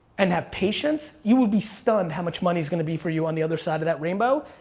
and have patience, you will be stunned how much money is gonna be for you on the other side of that rainbow.